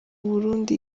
burundi